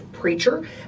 preacher